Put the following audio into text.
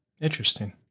Interesting